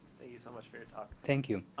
thank you so much for your talk. thank you.